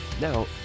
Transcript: Now